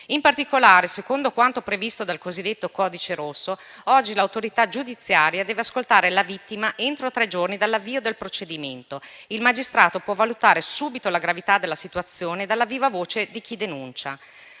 In particolare, secondo quanto previsto dal cosiddetto codice rosso, oggi l'autorità giudiziaria deve ascoltare la vittima entro tre giorni dall'avvio del procedimento. Il magistrato può valutare subito la gravità della situazione dalla viva voce di chi denuncia.